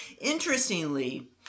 Interestingly